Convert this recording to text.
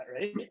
right